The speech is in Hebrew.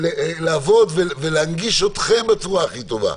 לעבוד ולהנגיש אתכם בצורה הכי טובה.